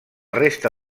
resta